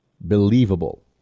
believable